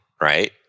right